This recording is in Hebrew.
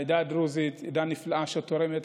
העדה הדרוזית היא עדה נפלאה שתורמת.